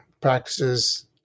practices